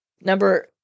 Number